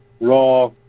Raw